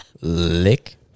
lick